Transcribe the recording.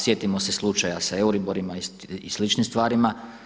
Sjetimo se slučaja sa euriborima i sličnim stvarima.